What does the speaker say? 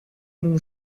mon